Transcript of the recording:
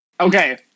Okay